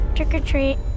Trick-or-treat